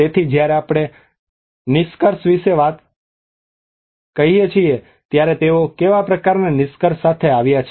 તેથી જ્યારે આપણે નિષ્કર્ષ વિશે કહીએ ત્યારે તેઓ કેવા પ્રકારના નિષ્કર્ષ સાથે આવ્યા છે